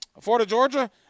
Florida-Georgia